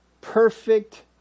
perfect